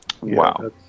Wow